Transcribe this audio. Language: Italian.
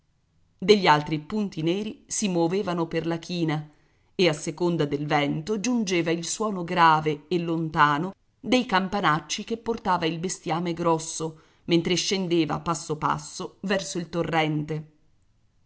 degli altri punti neri si movevano per la china e a seconda del vento giungeva il suono grave e lontano dei campanacci che portava il bestiame grosso mentre scendeva passo passo verso il torrente